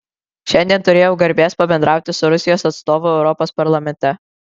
šiandien turėjau garbės pabendrauti su rusijos atstovu europos parlamente